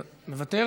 מוותר,